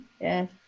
yes